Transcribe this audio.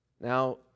Now